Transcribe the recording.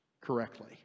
correctly